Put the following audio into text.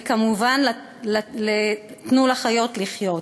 וכמובן ל"תנו לחיות לחיות".